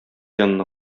янына